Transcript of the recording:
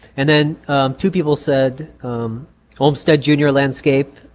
and then two people said olmstead jr, landscape,